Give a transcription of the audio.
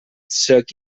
sec